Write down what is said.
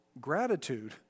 gratitude